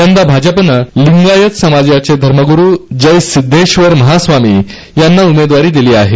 यंदा भाजपनं लिंगायत समाजाचे धर्मग्रु जय सिद्वेश्वर महास्वामी यांना उमेदवारी दिली आहे